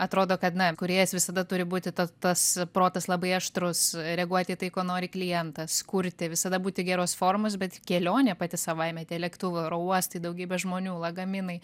atrodo kad na kūrėjas visada turi būti tas tas protas labai aštrus reaguoti į tai ko nori klientas kurti visada būti geros formos bet kelionė pati savaime tie lėktuvai oro uostai daugybė žmonių lagaminai